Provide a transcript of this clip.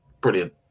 Brilliant